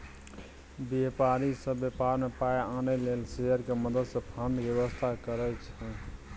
व्यापारी सब व्यापार में पाइ आनय लेल शेयर के मदद से फंड के व्यवस्था करइ छइ